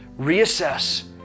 reassess